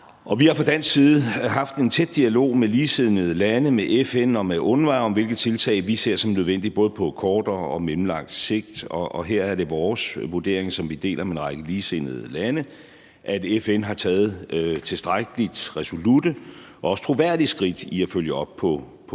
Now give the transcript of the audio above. vi har fra dansk side haft en tæt dialog med ligesindede lande, med FN og med UNRWA om, hvilke tiltag vi ser som nødvendige både på kortere og mellemlang sigt, og her er det vores vurdering, som vi deler med en række ligesindede lande, at FN har taget tilstrækkelig resolutte og også troværdige skridt til at følge op på sagen,